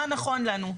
מה נכון לנו.